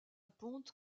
ponte